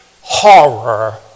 horror